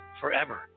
forever